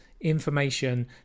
information